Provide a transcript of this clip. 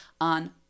on